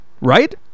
right